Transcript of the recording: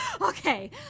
Okay